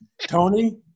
Tony